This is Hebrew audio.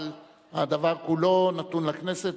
אבל הדבר כולו נתון לכנסת.